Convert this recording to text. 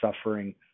suffering